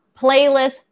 playlist